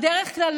בדרך כלל,